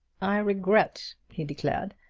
i regret, he declared,